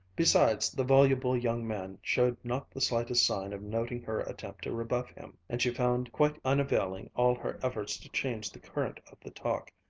besides, the voluble young man showed not the slightest sign of noting her attempt to rebuff him, and she found quite unavailing all her efforts to change the current of the talk,